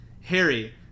Harry